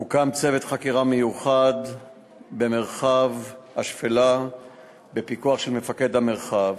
הוקם צוות חקירה מיוחד במרחב השפלה בפיקוח של מפקד המרחב.